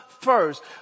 first